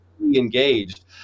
engaged